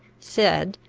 said,